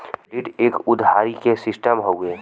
credit एक उधारी के सिस्टम हउवे